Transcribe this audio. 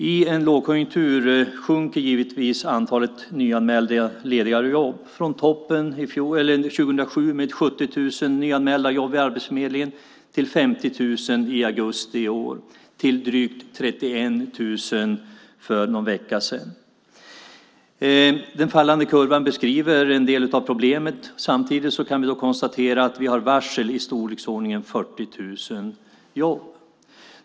I en lågkonjunktur sjunker givetvis antalet nyanmälda lediga jobb. Från toppen 2007 med 70 000 nyanmälda jobb på Arbetsförmedlingen har det sjunkit till 50 000 i augusti i år, och för någon vecka sedan var det drygt 31 000. Den fallande kurvan beskriver en del av problemet. Samtidigt kan vi konstatera att vi har varsel i storleksordningen 40 000 jobb.